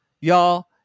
Y'all